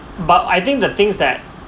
but I think the things that